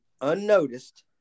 unnoticed